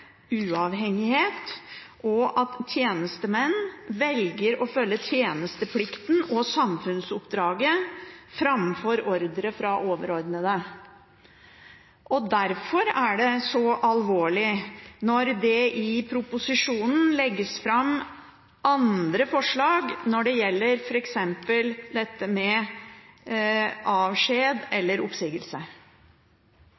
uavhengighet, og at tjenestemenn velger å følge tjenesteplikten og samfunnsoppdraget framfor ordre fra overordnede. Derfor er det så alvorlig når det i proposisjonen legges fram andre forslag når det gjelder f.eks. dette med avskjed